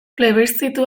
plebiszitu